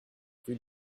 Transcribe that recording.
rue